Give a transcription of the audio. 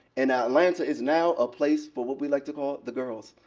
and atlanta is now a place for what we like to call the girls.